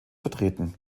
vertreten